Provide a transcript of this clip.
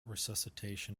resuscitation